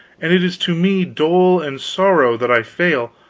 and it is to me dole and sorrow that i fail,